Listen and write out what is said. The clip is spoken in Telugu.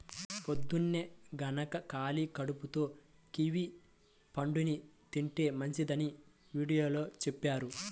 పొద్దన్నే గనక ఖాళీ కడుపుతో కివీ పండుని తింటే మంచిదని వీడియోలో చెప్పారు